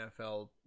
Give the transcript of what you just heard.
NFL